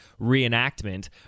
reenactment